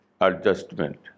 adjustment